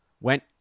Went